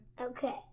Okay